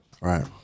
Right